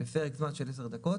בפרק זמן של 10 דקות,